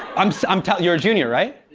um so i'm telling you're a junior, right?